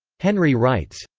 henry writes,